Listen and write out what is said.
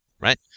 right